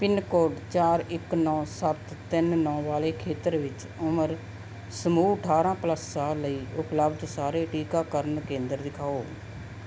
pin code ਚਾਰ ਇੱਕ ਨੌਂ ਸੱਤ ਤਿੰਨ ਨੌਂ ਵਾਲੇ ਖੇਤਰ ਵਿੱਚ ਉਮਰ ਸਮੂਹ ਅਠਾਰ੍ਹਾਂ ਪਲੱਸ ਸਾਲ ਲਈ ਉਪਲਬਧ ਸਾਰੇ ਟੀਕਾਕਰਨ ਕੇਂਦਰ ਦਿਖਾਓ